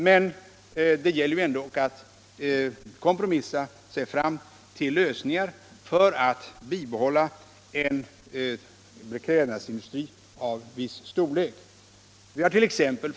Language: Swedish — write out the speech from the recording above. Men det gäller ju ändå att kompromissa sig fram till lösningar för att bibehålla en beklädnadsindustri av viss storlek. Vi hart.ex.